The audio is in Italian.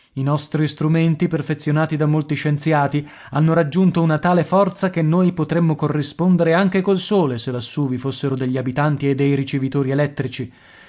i nostri strumenti perfezionati da molti scienziati hanno raggiunto una tale forza che noi potremmo corrispondere anche col sole se lassù vi fossero degli abitanti e dei ricevitori elettrici